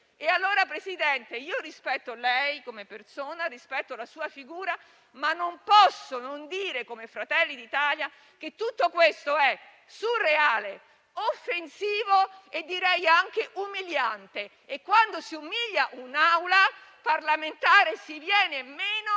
signor Presidente, rispetto lei, come persona, e la sua figura, ma non posso non dire, come Fratelli d'Italia, che tutto questo è surreale, offensivo e direi anche umiliante e, quando si umilia un'Assemblea parlamentare, si viene meno